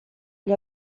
gli